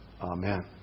Amen